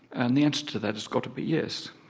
and the answer to that has got to be, yes,